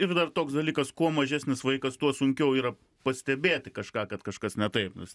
ir dar toks dalykas kuo mažesnis vaikas tuo sunkiau yra pastebėti kažką kad kažkas ne taip